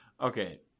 Okay